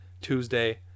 Tuesday